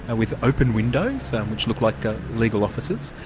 and with open windows so which look like legal offices,